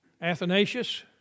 Athanasius